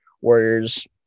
Warriors